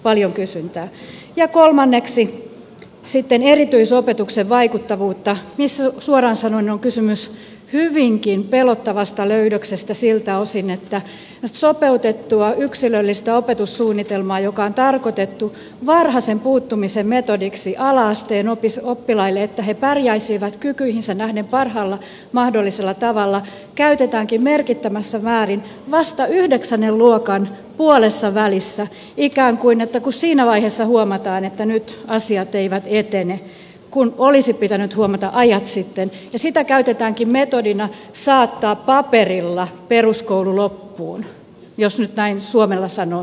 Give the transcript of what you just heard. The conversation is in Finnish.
ja kolmanneksi sitten erityisopetuksen vaikuttavuus missä suoraan sanoen on kysymys hyvinkin pelottavasta löydöksestä siltä osin että sopeutettua yksilöllistä opetussuunnitelmaa joka on tarkoitettu varhaisen puuttumisen metodiksi ala asteen oppilaille että he pärjäisivät kykyihinsä nähden parhaalla mahdollisella tavalla käytetäänkin merkittävässä määrin vasta yhdeksännen luokan puolessavälissä niin että ikään kuin siinä vaiheessa huomataan että nyt asiat eivät etene kun olisi pitänyt huomata ajat sitten ja sitä käytetäänkin metodina saattaa paperilla peruskoulu loppuun jos nyt näin suomeksi sanon suoraan